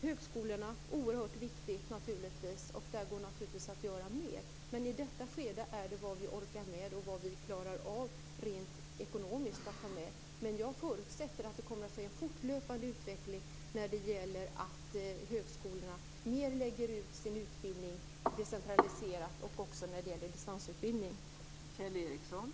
Högskolorna är naturligtvis oerhört viktiga. Där går det att göra mer, men det är vad vi orkar med och klarar av rent ekonomiskt i detta skede. Jag förutsätter att det kommer att ske en fortlöpande utveckling. Högskolorna kommer att decentralisera sin utbildning i större utsträckning. Det gäller också distansutbildning.